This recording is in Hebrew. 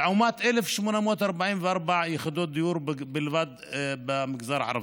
לעומת 1,844 יחידות דיור בלבד במגזר הערבי.